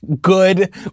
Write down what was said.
good